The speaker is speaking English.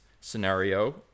scenario